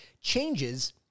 changes